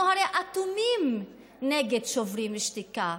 אנחנו הרי אטומים כלפי שוברים שתיקה.